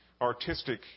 artistic